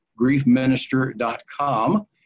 griefminister.com